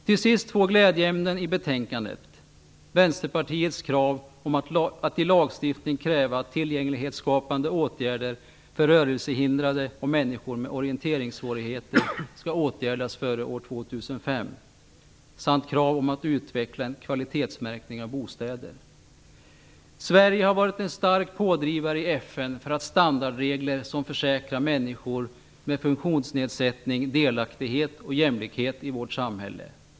Till sist två glädjeämnen i betänkandet: Vänsterpartiets krav om att i lagstiftning kräva att tillgänglighetsskapande åtgärder för rörelsehindrade och människor med orienteringssvårigheter skall åtgärdas före år 2005 samt krav på att utveckla en kvalitetsmärkning av bostäder. Sverige har varit en stark pådrivare i FN för att standardregler som försäkrar människor med funktionsnedsättning delaktighet och jämlikhet i vårt samhälle.